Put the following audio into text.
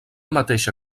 mateixa